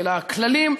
אל הכללים,